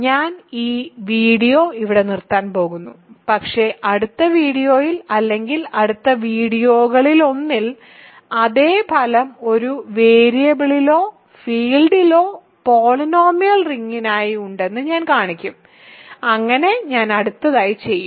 ഞാൻ ഈ വീഡിയോ ഇവിടെ നിർത്താൻ പോകുന്നു പക്ഷേ അടുത്ത വീഡിയോയിൽ അല്ലെങ്കിൽ അടുത്ത വീഡിയോകളിലൊന്നിൽ അതേ ഫലം ഒരു വേരിയബിളിലോ ഫീൽഡിലോ പോളിനോമിയൽ റിംഗിനായി ഉണ്ടെന്ന് ഞാൻ കാണിക്കും അങ്ങനെ ഞാൻ അടുത്തതായി ചെയ്യും